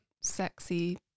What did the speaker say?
sexy